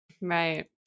Right